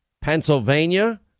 Pennsylvania